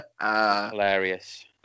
hilarious